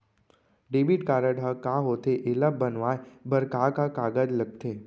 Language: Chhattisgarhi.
डेबिट कारड ह का होथे एला बनवाए बर का का कागज लगथे?